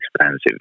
expensive